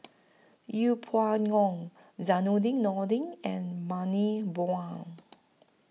Yeng Pway Ngon Zainudin Nordin and Bani Buang